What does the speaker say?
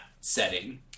setting